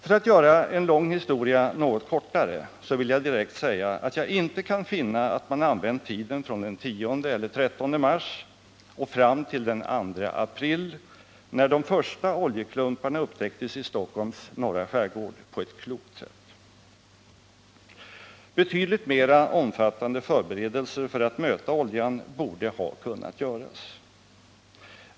För att göra en lång historia något kortare så vill jag direkt säga, att jag inte kan finna att man använt tiden från den 10 eller 13 mars och fram till den 2 april, när de första oljeklumparna upptäcktes i Stockholms norra skärgård, på ett klokt sätt. Betydligt mera omfattande förberedelser för att möta oljan borde ha kunnat göras.